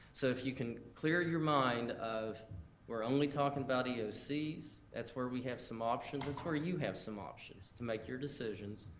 so if you can clear your mind of we're only talking about eocs, that's where we have some options, that's where you have some options to make your decisions.